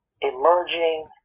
emerging